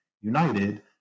united